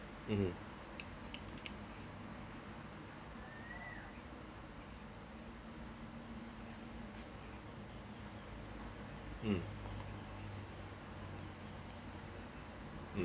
(uh huh) mm mm